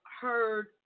heard